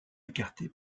écarté